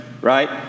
right